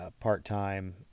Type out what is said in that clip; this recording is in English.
part-time